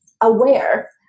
aware